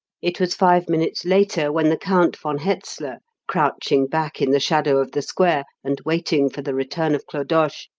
it was five minutes later when the count von hetzler, crouching back in the shadow of the square and waiting for the return of clodoche,